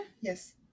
yes